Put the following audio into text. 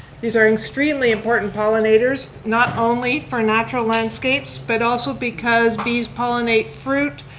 bees are extremely important pollinators, not only for natural landscapes, but also because bees pollinate fruit,